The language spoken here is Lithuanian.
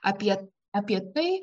apie apie tai